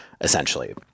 essentially